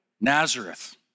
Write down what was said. Nazareth